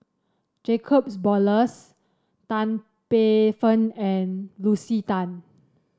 Jacobs Ballas Tan Paey Fern and Lucy Tan